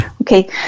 Okay